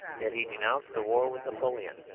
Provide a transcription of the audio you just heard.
yet he denounced the war with napoleon.